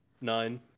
nine